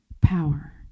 power